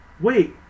wait